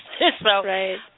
Right